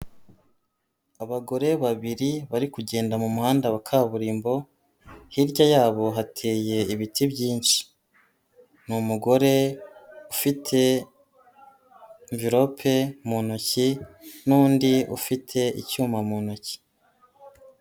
Abagore babiri bari kugenda mu muhanda wa kaburimbo, hirya yabo hateye ibiti byinshi. Ni umugore ufite mverope mu ntoki n'undi ufite icyuma mu ntoki.